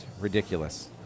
ridiculous